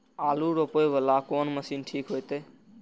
आलू रोपे वाला कोन मशीन ठीक होते?